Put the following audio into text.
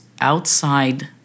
outside